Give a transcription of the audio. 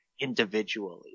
individually